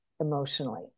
emotionally